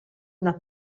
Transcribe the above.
una